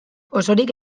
osorik